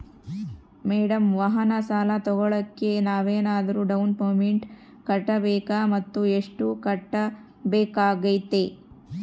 Madam ವಾಹನ ಸಾಲ ತೋಗೊಳೋಕೆ ನಾವೇನಾದರೂ ಡೌನ್ ಪೇಮೆಂಟ್ ಮಾಡಬೇಕಾ ಮತ್ತು ಎಷ್ಟು ಕಟ್ಬೇಕಾಗ್ತೈತೆ?